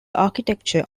architecture